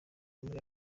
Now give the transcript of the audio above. muri